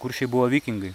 kuršiai buvo vikingai